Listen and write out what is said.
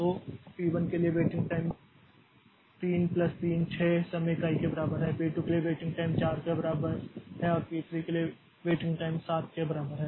तो पी 1 के लिए वेटिंग टाइम 3 प्लस 3 6 समय इकाई के बराबर है पी 2 के लिए वेटिंग टाइम 4 के बराबर है और पी 3 के लिए वेटिंग टाइम 7 के बराबर है